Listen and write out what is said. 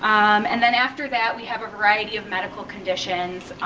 um and then after that we have a variety of medical conditions,